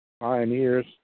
Pioneers